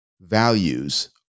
Values